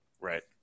right